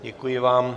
Děkuji vám.